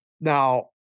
Now